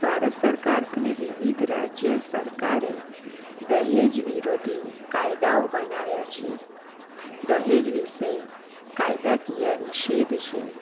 ભારત સરકાર અને વિવિધ રાજ્ય સરકારે દહેજ વિરોધી કાયદાઓ બનાવ્યા છે દહેજ વિષે કાયદાકીય નિષેધ છે